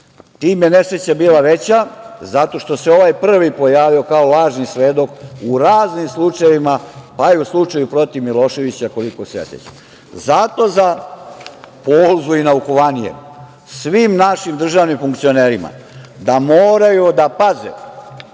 Time je nesreća bila veća, zato što se ovaj prvi pojavio kao lažni svedok u raznim slučajevima, pa i u slučaju protiv Miloševića, koliko se ja sećam. Zato za polzu i naukovanije svim našim državnim funkcionerima da moraju da paze